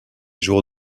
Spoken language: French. jours